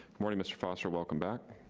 morning, mr. foster, welcome back.